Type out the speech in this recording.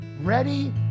Ready